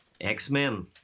X-Men